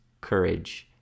courage